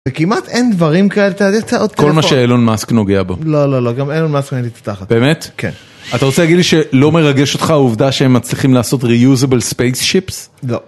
וכמעט אין דברים כאלה, אתה יודע, אתה עוד... כל מה שאלון מאסק נוגע בו. לא, לא, לא, גם אלון מאסק מעניין לי את התחת. באמת? כן. אתה רוצה להגיד לי שלא מרגש אותך העובדה שהם מצליחים לעשות Reusable Spaceships? לא.